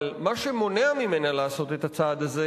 אבל מה שמונע ממנה לעשות את הצעד הזה